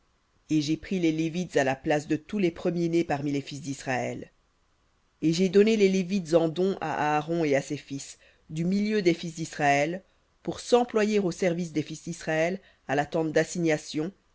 et j'ai pris les lévites à la place de tous les premiers-nés parmi les fils disraël et j'ai donné les lévites en don à aaron et à ses fils du milieu des fils d'israël pour s'employer au service des fils d'israël à la tente d'assignation